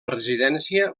residència